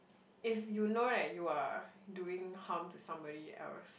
if you know that you are doing harm to somebody else